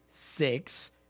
six